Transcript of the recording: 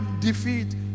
defeat